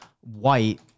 White